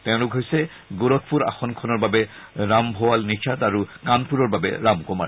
তেওঁলোক হৈছে গোৰখপুৰ আসনখনৰ বাবে ৰামভুৱাল নিষাদ আৰু কানপুৰৰৰ বাবে ৰাম কুমাৰ